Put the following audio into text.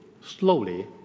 slowly